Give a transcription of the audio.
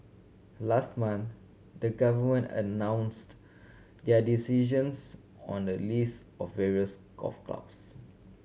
last month the Government announced their decisions on the lease of various golf clubs